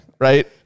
right